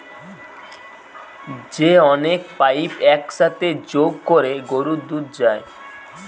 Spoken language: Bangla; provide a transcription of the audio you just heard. যে অনেক পাইপ এক সাথে যোগ কোরে গরুর দুধ যায়